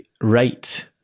right